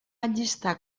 allistar